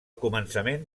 començament